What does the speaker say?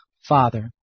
Father